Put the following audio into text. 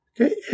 Okay